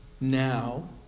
now